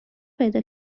پیدا